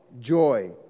Joy